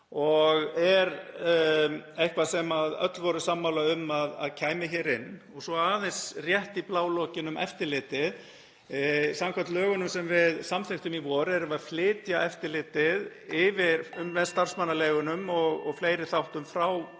og er eitthvað sem öll voru sammála um að kæmi hér inn. Svo aðeins rétt í blálokin um eftirlitið. Samkvæmt lögunum sem við samþykktum í vor erum við að flytja eftirlitið með starfsmannaleigunum (Forseti hringir.)